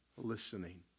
listening